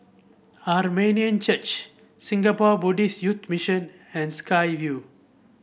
Armenian Church Singapore Buddhist Youth Mission and Sky Vue